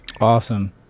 awesome